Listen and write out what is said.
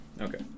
okay